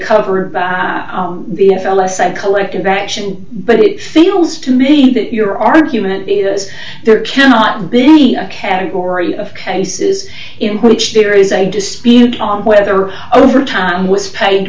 covered by the n f l s said collective action but it feels to me that your argument is there cannot be a category of cases in which there is a dispute on whether overtime was paid